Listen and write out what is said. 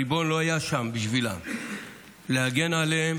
הריבון לא היה שם בשבילם להגן עליהם